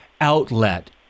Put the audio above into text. outlet